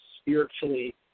spiritually